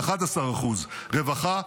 11%; רווחה,